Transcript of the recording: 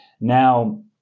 Now